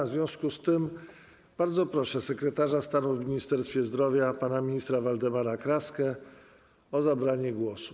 W związku z tym bardzo proszę sekretarza stanu w Ministerstwie Zdrowia pana ministra Waldemara Kraskę o zabranie głosu.